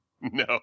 No